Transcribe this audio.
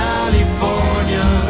California